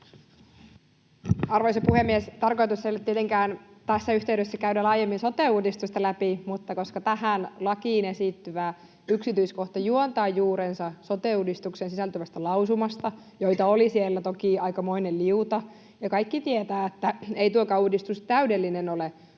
Arvoisa puhemies! Tarkoitus ei ole tietenkään tässä yhteydessä käydä laajemmin sote-uudistusta läpi, mutta tähän lakiin liittyvä yksityiskohta juontaa juurensa sote-uudistukseen sisältyvästä lausumasta, joita oli siellä toki aikamoinen liuta. Kaikki tietävät, että ei tuokaan uudistus täydellinen ole, mutta on